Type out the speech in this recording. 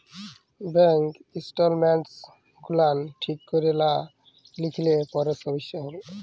bank statements গুলান ঠিক ক্যরে লা লিখলে পারে সমস্যা হ্যবে